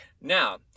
Now